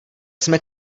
jsme